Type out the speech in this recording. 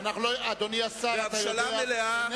בהבשלה מלאה,